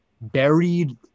buried